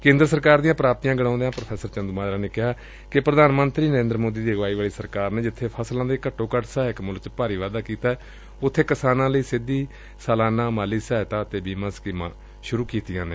ਕੇਦਰ ਸਰਕਾਰ ਦੀ ਪ੍ਰਾਪਤੀਆ ਗਿਣਾਊਦਿਆ ਪ੍ਰੋ ਚੰਦੂਮਾਜਰਾ ਨੇ ਕਿਹਾ ਕਿ ਪ੍ਰਧਾਨ ਮੰਤਰੀ ਨਰਿੰਦਰ ਮੋਦੀ ਦੀ ਅਗਵਾਈ ਵਾਲੀ ਸਰਕਾਰ ਨੇ ਜਿਬੇ ਫ਼ਸਲਾਂ ਦੇ ਘੱਟੋ ਘੱਟ ਸਹਾਇਕ ਮੁੱਲ ਵਿਚ ਭਾਰੀ ਵਾਧਾ ਕੀਤੈ ਉਥੇ ਕਿਸਾਨਾਂ ਲਈ ਸਿੱਧੀ ਸਾਲਾਨਾ ਮਾਲੀ ਸਹਾਇਤਾ ਅਤੇ ਬੀਮਾ ਸਕੀਮਾਂ ਸ਼ੁਰੁ ਕੀਤੀਆਂ ਨੇ